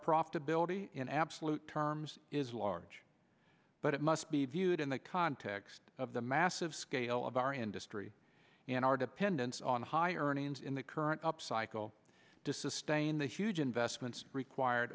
profitability in absolute terms is large but it must be viewed in the context of the massive scale of our industry and our dependence on high earnings in the current up cycle to sustain the huge investments required